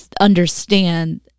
understand